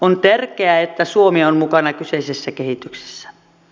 on tärkeää että suomi on mukana kyseisessä kehityksessä